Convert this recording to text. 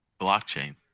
blockchain